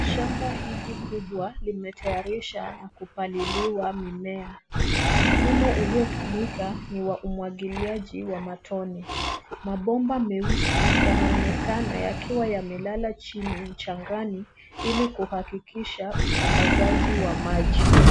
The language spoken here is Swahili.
Shamba hili kubwa limetayarishwa na kupaliliwa mimea. Mfumo uliotumika ni wa umwagiliaji wa matone. Mabomba meusi yanaonekana yakiwa yamelala chini mchangani ili kuhakikisha usambazaji wa maji.